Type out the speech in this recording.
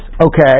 okay